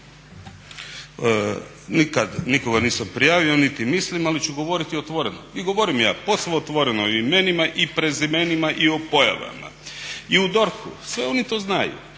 Nikad nikoga nisam prijavio niti mislim, ali ću govoriti otvoreno i govorim ja posve otvoreno i imenima i prezimenima i o pojavama. I u DORH-u sve oni to znaju,